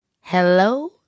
Hello